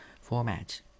format